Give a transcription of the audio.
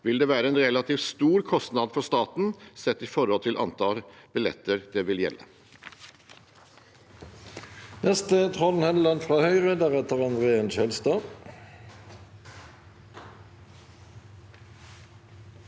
vil det være en relativt stor kostnad for staten sett i forhold til antall billetter det vil gjelde.